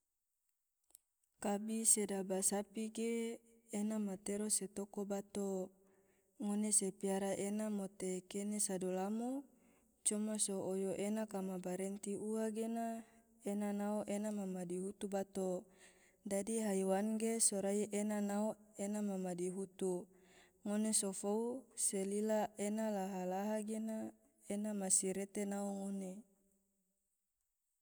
kabi sedaba sapi ge ena matero se toko bato, ngone se piara ena mote kene sado lamo, coma so oyo ena kama barenti ua gena ena nao ena ma madihutu bato, dadi haiwan ge sorai ena nao ena ma madihutu, ngone sofou se lila ena laha laha gena ena masirete nao ngone.